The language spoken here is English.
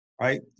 right